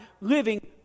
living